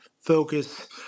focus